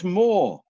more